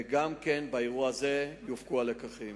וגם באירוע הזה יופקו הלקחים.